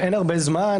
אין הרבה זמן,